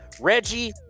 Reggie